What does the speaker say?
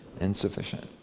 insufficient